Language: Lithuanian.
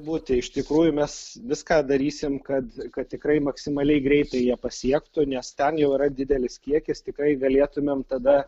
būti iš tikrųjų mes viską darysim kad kad tikrai maksimaliai greitai jie pasiektų nes ten jau yra didelis kiekis tikrai galėtumėm tada